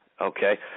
Okay